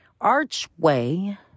Archway